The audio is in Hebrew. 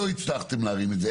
לא הצלחתם להרים את זה,